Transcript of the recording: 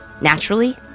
naturally